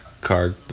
card